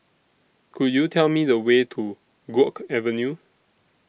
Could YOU Tell Me The Way to Guok Avenue